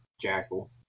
Jackal